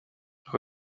uko